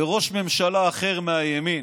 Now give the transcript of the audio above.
בראש ממשלה אחר, מהימין.